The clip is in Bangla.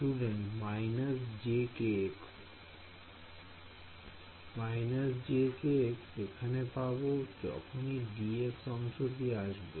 Student − j − j এখানে পাব যখনই dx অংশটি আসবে